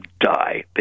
die